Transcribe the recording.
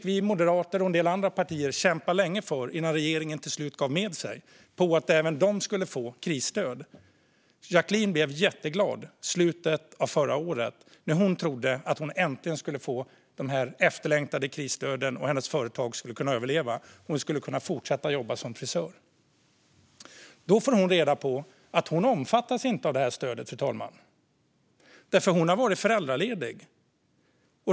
Vi moderater och en del andra partier kämpade länge innan regeringen till slut gav med sig för att ge även dem krisstöd. Jacquline blev jätteglad i slutet av förra året när hon trodde att hon äntligen skulle få ta del av det efterlängtade krisstödet och hennes företag skulle kunna överleva. Hon skulle kunna fortsätta att jobba som frisör. Då fick hon reda på att hon inte omfattades av stödet, fru talman, därför att hon hade varit föräldraledig.